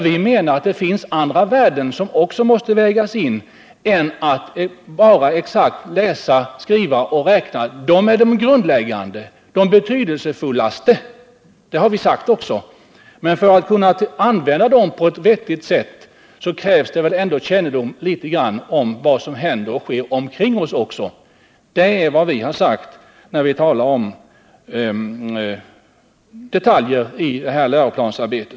Vi menar att det finns andra värden som också måste vägas in än färdigheterna läsa, skriva och räkna. De är de grundläggande, de mest betydelsefulla — det har vi också sagt — men för att kunna använda dem på ett vettigt sätt krävs det också kännedom om vad som händer och sker omkring oss. Det är vad vi har menat när vi har talat om delar i detta läroplansarbete.